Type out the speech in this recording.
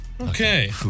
Okay